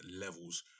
levels